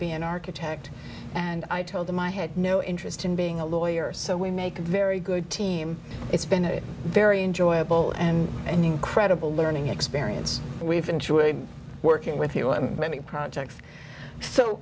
be an architect and i told him i had no interest in being a lawyer so we make a very good team it's been a very enjoyable and and incredible learning experience we've been to a working with you on many projects so